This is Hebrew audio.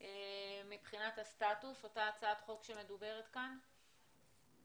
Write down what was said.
מבחינת הסטטוס, אותה הצעת חוק שמדוברת כאן?